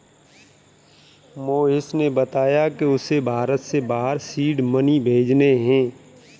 मोहिश ने बताया कि उसे भारत से बाहर सीड मनी भेजने हैं